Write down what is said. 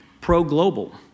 pro-global